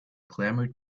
clamored